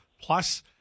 plus